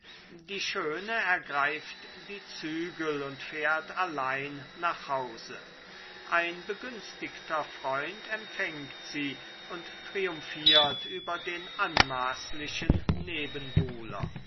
die schöne ergreift die zügel und fährt allein nach hause ein begünstigter freund empfängt sie und triumphiert über den anmaßlichen nebenbuhler